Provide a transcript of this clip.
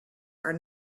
are